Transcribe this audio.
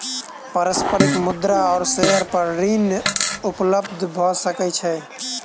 पारस्परिक मुद्रा आ शेयर पर ऋण उपलब्ध भ सकै छै